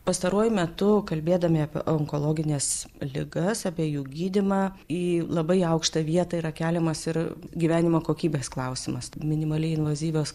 pastaruoju metu kalbėdami apie onkologines ligas apie jų gydymą į labai aukštą vietą yra keliamas ir gyvenimo kokybės klausimas minimaliai invazyvios